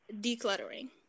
Decluttering